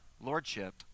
lordship